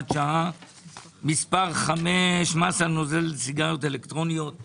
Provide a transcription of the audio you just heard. שעה מס' 5)מס על נוזל לסיגריות אלקטרוניות).